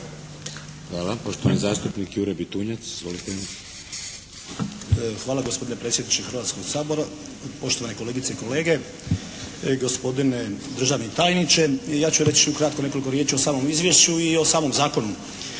Hvala. Poštovani zastupnik Jure Bitunjac. Izvolite. **Bitunjac, Jure (HDZ)** Hvala gospodine predsjedniče Hrvatskog sabora. Poštovane kolegice i kolege, gospodine državni tajniče. I ja ću reći ukratko nekoliko riječi o samom izvješću i o samom zakonu.